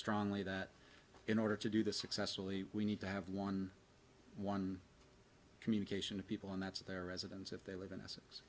strongly that in order to do this successfully we need to have one one communication to people and that's their residence if they live in